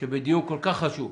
שבדיון כל כך חשוב,